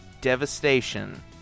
devastation